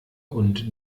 und